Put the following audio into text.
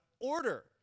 order